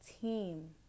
team